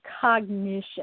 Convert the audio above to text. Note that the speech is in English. cognition